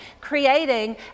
creating